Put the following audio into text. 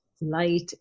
light